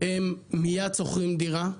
הם מיד שוכרים דירה,